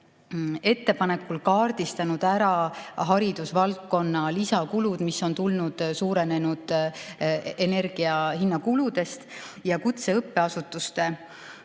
ettepanekul kaardistanud ära haridusvaldkonna lisakulud, mis on tulnud suurenenud energiahinna kuludest. Kutseõppeasutuste